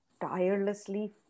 tirelessly